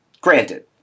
granted